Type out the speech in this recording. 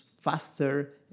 faster